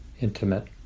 intimate